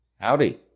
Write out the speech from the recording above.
Howdy